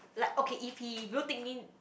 like okay if he blue tick me